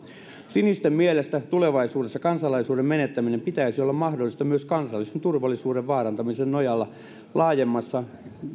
sinisten mielestä tulevaisuudessa kansalaisuuden menettämisen pitäisi olla mahdollista myös kansallisen turvallisuuden vaarantamisen nojalla laajemmassa